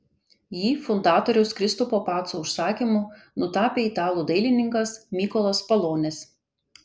jį fundatoriaus kristupo paco užsakymu nutapė italų dailininkas mykolas palonis